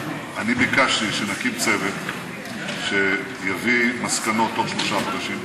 אני ביקשתי שנקים צוות שיביא מסקנות תוך שלושה חודשים.